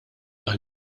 għal